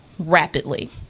Rapidly